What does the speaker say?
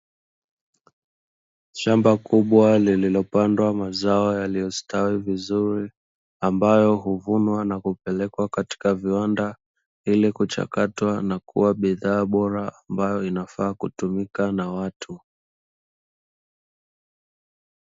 Shamba kubwa lililopandwa mazao yaliyo stawi vizuri, ambayo huvunwa na kupelekwa katika viwanda, ili kuchakatwa na kuwa bidha bora ambayo inafaa kutumika na watu.